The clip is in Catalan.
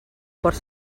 porc